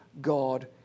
God